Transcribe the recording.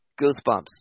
goosebumps